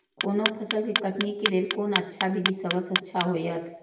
कोनो फसल के कटनी के लेल कोन अच्छा विधि सबसँ अच्छा होयत?